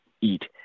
eat